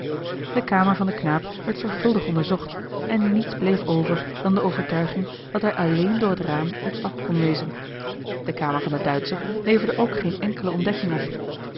de kamer van den knaap werd zorgvuldig onderzocht en niets bleef over dan de overtuiging dat hij alleen door het raam ontsnapt kon wezen de kamer van den duitscher leverde ook geen enkele ontdekking op